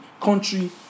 country